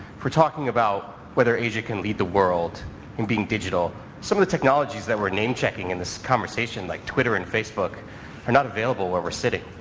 we're talking about whether asia can lead the world in being digital. some of the technologies that we're name-checking in this conversation like twitter and facebook are not available where we're sitting.